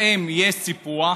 האם יש סיפוח,